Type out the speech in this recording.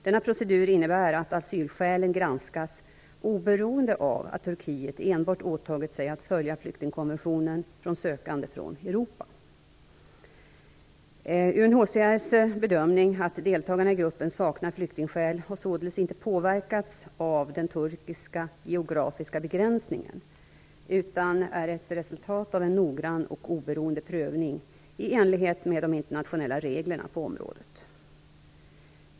Denna procedur innebär att asylskälen granskas oberoende av att Turkiet enbart åtagit sig att följa flyktingkonventionen för sökande från Europa. UNHCR:s bedömning att deltagarna i gruppen saknar flyktingskäl har således inte påverkats av den turkiska geografiska begränsningen, utan är ett resultat av en noggrann och oberoende prövning i enlighet med de internationella reglerna på området.